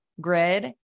grid